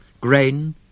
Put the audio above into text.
grain